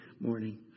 morning